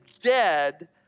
dead